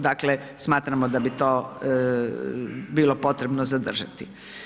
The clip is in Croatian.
Dakle, smatramo da bi to bilo potrebno zadržati.